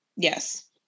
Yes